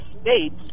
states